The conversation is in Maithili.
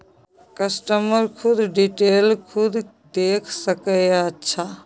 कस्टमर खुद डिटेल खुद देख सके अच्छा